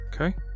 Okay